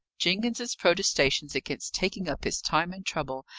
jenkins's protestations against taking up his time and trouble,